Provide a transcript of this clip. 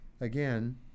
Again